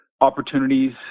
opportunities